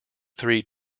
three